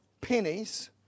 pennies